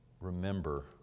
Remember